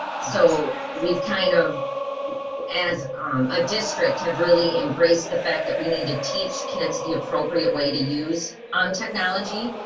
so we've kind of as a district have really embraced the fact that we need to teach kids the appropriate way to use on technology.